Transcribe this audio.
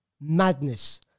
Madness